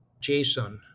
JSON